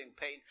pain